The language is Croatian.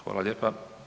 Hvala lijepa.